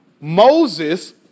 Moses